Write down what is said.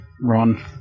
Ron